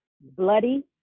bloody